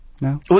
No